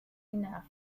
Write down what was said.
enough